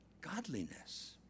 godliness